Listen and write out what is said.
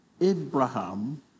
Abraham